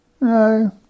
no